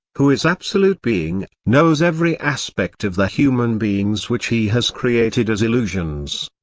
who is absolute being, knows every aspect of the human beings which he has created as illusions.